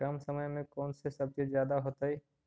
कम समय में कौन से सब्जी ज्यादा होतेई?